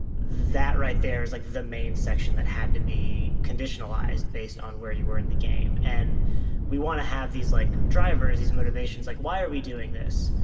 that right there is like main section that had to be conditionalized based on where you were in the game. and we want to have these like drivers, these motivations like why are we doing this?